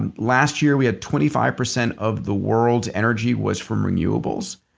and last year we had twenty five percent of the world's energy was from renewables.